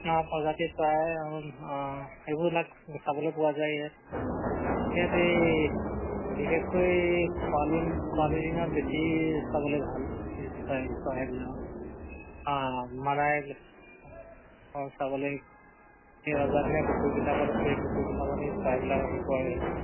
অঁ প্ৰজাতি চৰাই সেইববিলাক চাবলে পোৱা যায় ইয়াত ইয়াত এই বিশেষকৈ খোৱালি খোৱালিৰ দিনত বেছি চাবলে ভাল এই চৰাইবিলাকত মানাই অ চাবলে এই অজীয়া পুখুৰীবিলাকত আছে এই পুখীবিলাকত এই চৰাবিলাক আহি পৰেহি